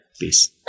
Peace